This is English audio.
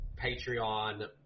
Patreon